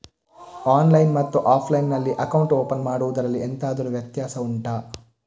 online ಮತ್ತು offline ನಲ್ಲಿ account open ಮಾಡುವುದರಲ್ಲಿ ಎಂತಾದರು ವ್ಯತ್ಯಾಸ ಉಂಟಾ